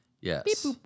Yes